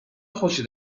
خوشی